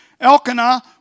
Elkanah